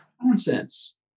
Nonsense